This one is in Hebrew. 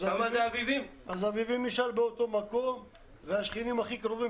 אביבים נשאר באותו מקום והשכנים הכי קרובים